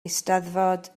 eisteddfod